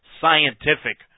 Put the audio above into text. scientific